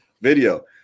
video